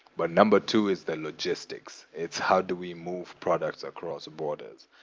but number two is the logistics. it's how do we move products across borders.